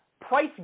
price